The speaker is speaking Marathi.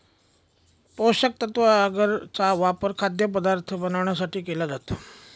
पोषकतत्व आगर चा वापर खाद्यपदार्थ बनवण्यासाठी केला जातो